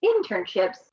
internships